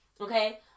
okay